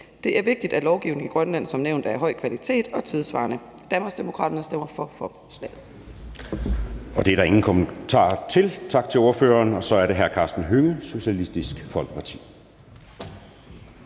Det er vigtigt, at lovgivning i Grønland som nævnt er af høj kvalitet og tidssvarende. Danmarksdemokraterne stemmer for forslaget. Kl. 09:04 Anden næstformand (Jeppe Søe): Det er der ingen korte bemærkninger til. Tak til ordføreren. Så er det hr. Karsten Hønge, Socialistisk Folkeparti.